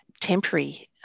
Temporary